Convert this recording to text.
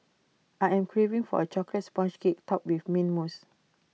I am craving for A Chocolate Sponge Cake Topped with Mint Mousse